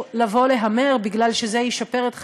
לבוא להמר בגלל שזה ישפר את חייהם,